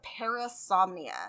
parasomnia